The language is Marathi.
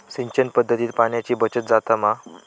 सिंचन पध्दतीत पाणयाची बचत जाता मा?